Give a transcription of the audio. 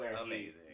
amazing